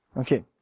Okay